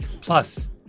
Plus